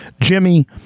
Jimmy